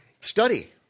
Study